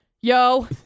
yo